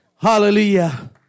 Hallelujah